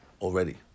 already